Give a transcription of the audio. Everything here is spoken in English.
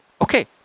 Okay